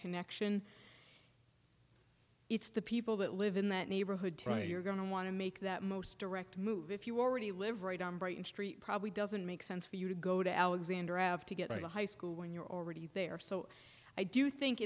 connection it's the people that live in that neighborhood try you're going to want to make that most direct move if you already live right on brighton street probably doesn't make sense for you to go to alexander to get to high school when you're already there so i do think